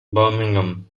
birmingham